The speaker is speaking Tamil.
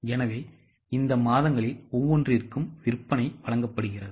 எனவே இந்த மாதங்களில் ஒவ்வொன்றிற்கும் விற்பனை வழங்கப்படுகிறது